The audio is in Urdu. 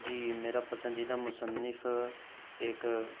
جی میرا پسندیدہ مصنف ایک